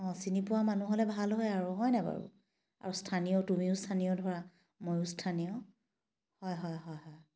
অঁ চিনি পোৱা মানুহ হ'লে ভাল হয় আৰু হয় নে নাই বাৰু আৰু স্থানীয় তুমিও স্থানীয় ধৰা ময়ো স্থানীয় হয় হয় হয় হয়